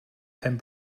pen